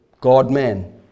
God-man